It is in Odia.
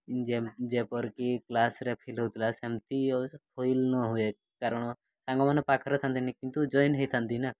ଯେପରିକି କ୍ଲାସ୍ରେ ଫିଲ୍ ହେଉଥିଲା ସେମିତି ଅବଶ୍ୟ ଫିଲ୍ ନ ହୁଏ କାରଣ ସାଙ୍ଗମାନେ ପାଖରେ ଥାଆନ୍ତିନି କିନ୍ତୁ ଜଏନ୍ ହୋଇଥାନ୍ତି ନା